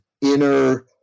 inner